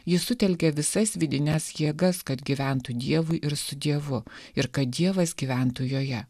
ji sutelkė visas vidines jėgas kad gyventų dievui ir su dievu ir kad dievas gyventų joje